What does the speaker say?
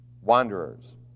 wanderers